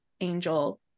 angel